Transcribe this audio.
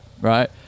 Right